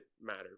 matter